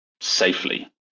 safely